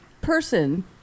person